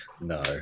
no